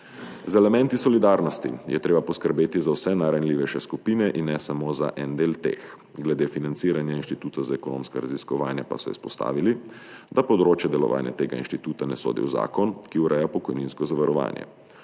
Z elementi solidarnosti je treba poskrbeti za vse najranljivejše skupine in ne samo za en del teh. Glede financiranja Inštituta za ekonomska raziskovanja pa so izpostavili, da področje delovanja tega inštituta ne sodi v zakon, ki ureja pokojninsko zavarovanje.